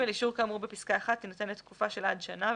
אישור כאמור בפסקה (1) יינתן לתקופה של עד שנה,